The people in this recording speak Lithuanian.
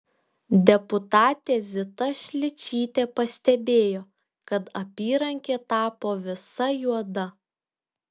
deputatė zita šličytė pastebėjo kad apyrankė tapo visa juoda